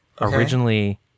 Originally